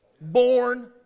born